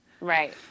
right